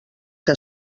que